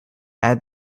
add